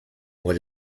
what